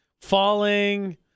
falling